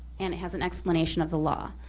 and it has an explanation of the law.